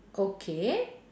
okay